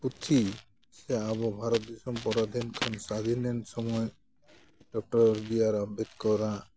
ᱯᱩᱛᱷᱤ ᱥᱮ ᱟᱵᱚ ᱵᱷᱟᱨᱚᱛ ᱫᱤᱥᱚᱢ ᱯᱚᱨᱟᱫᱷᱤᱱ ᱠᱷᱚᱱ ᱥᱟᱫᱷᱤᱱ ᱮᱱ ᱥᱚᱢᱚᱭ ᱰᱚᱠᱴᱚᱨ ᱵᱤ ᱟᱨ ᱟᱢᱵᱮᱫᱠᱚᱨ ᱟᱜ